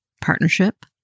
partnership